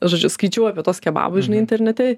žodžiu skaičiau apie tuos kebabus žinai internete